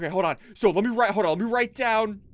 yeah hold on so let me write what i'll be right down